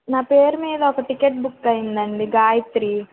నా పేరు మీద ఒక టికెట్ బుక్ అయిందండీ గాయత్రి